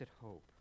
hope